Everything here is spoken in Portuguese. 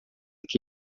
que